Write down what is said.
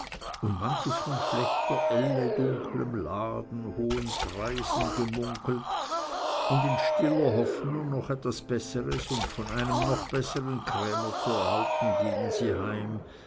und manches von schlechter elle dunklem laden hohen preisen gemunkelt und in stiller hoffnung noch etwas besseres und von einem noch bessern krämer zu erhalten gingen die heim